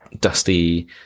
Dusty